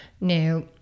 Now